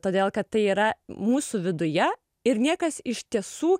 todėl kad tai yra mūsų viduje ir niekas iš tiesų